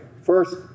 First